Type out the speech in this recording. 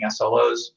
SLOs